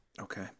Okay